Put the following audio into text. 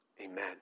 Amen